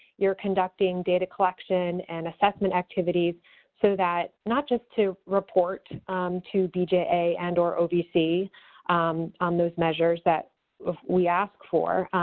you're conducting data collection and assessment activities so that not just to report to bja and or ovc on those measures that we ask for,